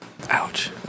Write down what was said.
Ouch